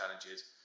challenges